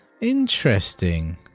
interesting